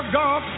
god